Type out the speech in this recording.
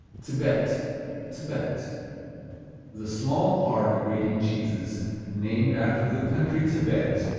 tibet tibet the small, hard, grating cheeses named after the country tibet,